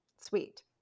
sweet